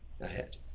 ahead